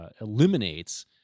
eliminates